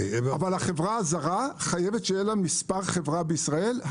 החברה הזרה חייבת שיהיה לה מספר חברה בישראל,